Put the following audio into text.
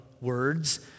words